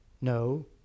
No